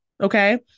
Okay